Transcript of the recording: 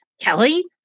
Kelly